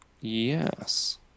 Yes